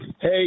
Hey